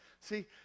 See